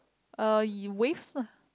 uh waves ah